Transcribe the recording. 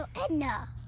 edna